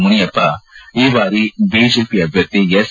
ಮುನಿಯಪ್ಪ ಈ ಬಾರಿ ಬಿಜೆಪಿ ಅಭ್ಯರ್ಥಿ ಎಸ್